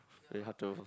very hard to